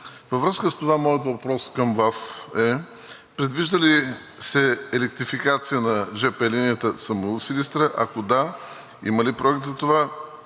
Във връзка с това моят въпрос към Вас е: предвижда ли се електрификация на жп линията Самуил – Силистра? Ако да, има ли проект за това,